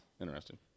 Interesting